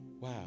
wow